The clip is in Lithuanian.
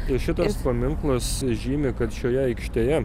ir šitas paminklas žymi kad šioje aikštėje